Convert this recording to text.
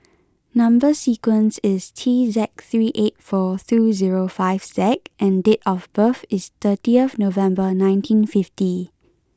number sequence is T seven three eight four two zero five Z and date of birth is thirty November nineteen fifty